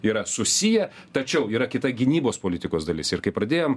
yra susiję tačiau yra kita gynybos politikos dalis ir kai pradėjom